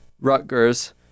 Rutgers